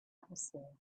atmosphere